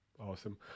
Awesome